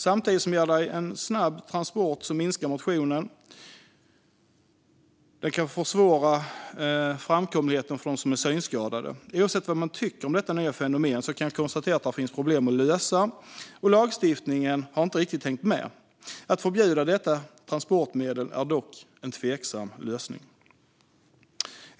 Samtidigt som de ger dig en snabb transport minskar de motionen, och de kan försvåra framkomligheten för dem som är synskadade. Oavsett vad man tycker om detta nya fenomen kan jag konstatera att det finns problem att lösa och att lagstiftningen inte riktigt har hängt med. Att förbjuda detta transportmedel vore dock en tveksam lösning.